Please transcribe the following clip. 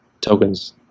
tokens